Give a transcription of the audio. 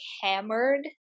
hammered